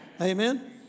Amen